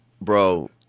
Bro